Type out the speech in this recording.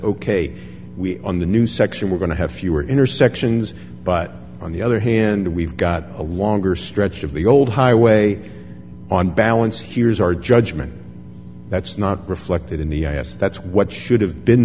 are on the new section we're going to have fewer intersections but on the other hand we've got a longer stretch of the old highway on balance here is our judgment that's not reflected in the ice that's what should have been